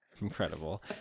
Incredible